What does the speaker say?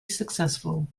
successful